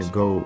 go